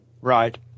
right